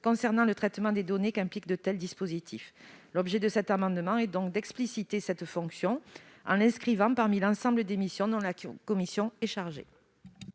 concernant le traitement des données qu'impliquent de tels dispositifs. L'objet de cet amendement est donc d'expliciter cette fonction en l'inscrivant parmi l'ensemble des missions dont la CNIL est chargée.